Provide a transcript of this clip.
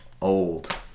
Old